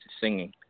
singing